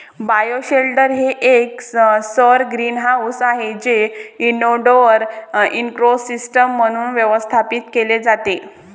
bioshelter हे एक सौर ग्रीनहाऊस आहे जे इनडोअर इकोसिस्टम म्हणून व्यवस्थापित केले जाते